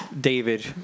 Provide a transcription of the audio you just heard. David